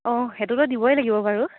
অঁ সেইটোতো দিবই লাগিব বাৰু